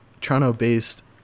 Toronto-based